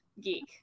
geek